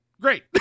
great